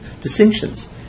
distinctions